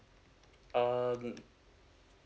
um